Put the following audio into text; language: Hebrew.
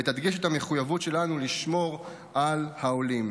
ותדגיש את המחויבות שלנו לשמור על העולים.